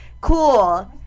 Cool